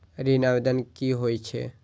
ऋण आवेदन की होय छै?